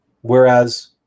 whereas